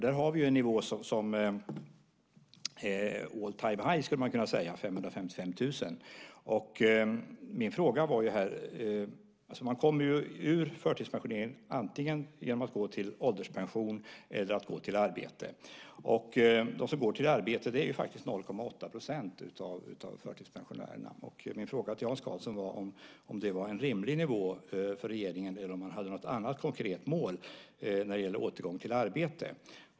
Där har vi en nivå som man skulle kunna säga är all time high , 555 000. Man kommer ur förtidspensioneringen antingen genom att gå till ålderspension eller genom att gå till arbete. De som går till arbete är 0,8 % av förtidspensionärerna, och min fråga till Hans Karlsson var om detta var en rimlig nivå för regeringen eller om de hade något annat konkret mål när det gäller återgång till arbete.